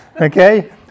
okay